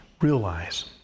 Realize